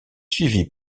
suivie